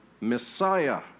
Messiah